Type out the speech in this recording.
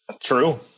true